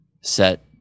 set